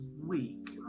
week